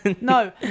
No